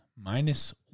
minus